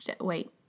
wait